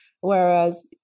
Whereas